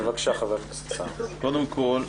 קודם כל,